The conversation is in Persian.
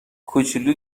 کوچولو